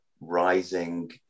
rising